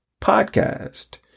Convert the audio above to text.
podcast